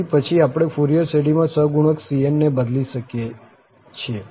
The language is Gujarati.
તેથી પછી આપણે ફુરિયર શ્રેઢીમાં સહગુણક cn ને બદલી શકીએ છીએ